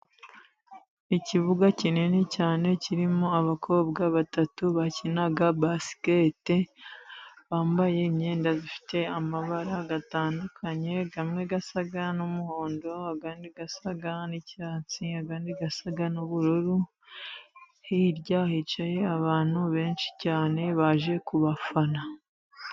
Ikibuga kinini cyane kirimo abakobwa batatu bakina basikete, bambaye imyenda ifite amabara atandukanye, amwe asa n'umuhondo, andi asa n'icyatsi, andi asa n'ubururu, hirya hicaye abantu benshi cyane baje kubafana.